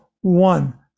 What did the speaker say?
one